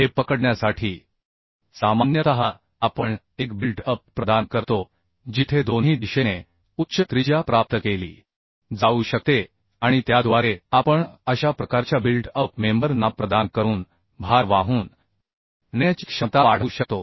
हे पकडण्यासाठी सामान्यतः आपण एक बिल्ट अप प्रदान करतो जिथे दोन्ही दिशेने उच्च त्रिज्या प्राप्त केली जाऊ शकते आणि त्याद्वारे आपण अशा प्रकारच्या बिल्ट अप मेंबर ना प्रदान करून भार वाहून नेण्याची क्षमता वाढवू शकतो